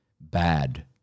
bad